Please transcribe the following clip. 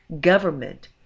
government